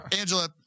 Angela